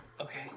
Okay